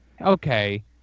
okay